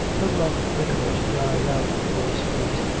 the rough bitterness died out of the boy's face,